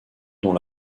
dont